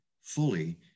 fully